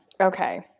Okay